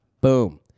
Boom